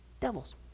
devils